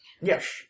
Yes